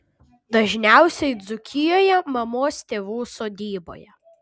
dažniausiai dzūkijoje mamos tėvų sodyboje